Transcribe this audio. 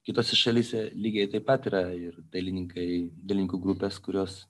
kitose šalyse lygiai taip pat yra ir dailininkai dailininkų grupės kurios